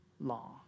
long